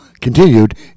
continued